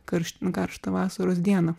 karšt nu karštą vasaros dieną